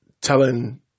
telling